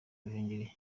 ruhengeli